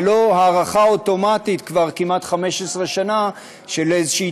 ולא הארכה אוטומטית כבר כמעט 15 שנה של איזושהי